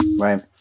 Right